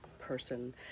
person